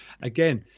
again